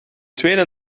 tweede